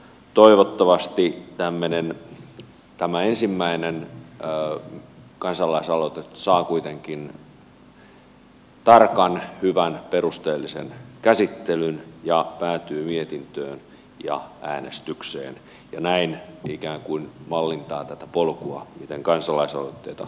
toivottavasti tämä ensimmäinen kansalaisaloite saa kuitenkin tarkan hyvän perusteellisen käsittelyn ja päätyy mietintöön ja äänestykseen ja näin ikään kuin mallintaa tätä polkua miten kansalaisaloitteita tullaan käsittelemään